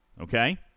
Okay